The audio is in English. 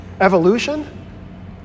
evolution